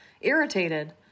irritated